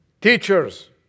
Teachers